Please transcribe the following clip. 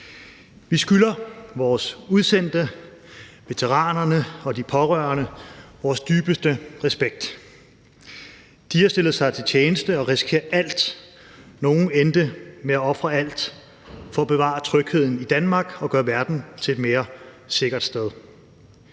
Vi skylder vores udsendte, veteranerne og de pårørende vores dybeste respekt. De har stillet sig til tjeneste og risikeret alt – nogle endte med at ofre alt – for at bevare trygheden i Danmark og gøre verden til et mere sikkert sted.